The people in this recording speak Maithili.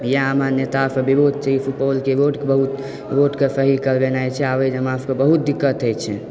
इएह हमरा नेतासँ विरोध छै सुपौलके रोड बहुत रोडके सही करबेनाइ छै आबय जाइमऽ हमरासभके बहुत दिक्कत होइत छै